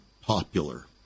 popular